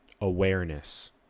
awareness